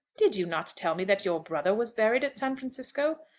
did you not tell me that your brother was buried at san francisco?